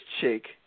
chick